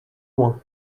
loin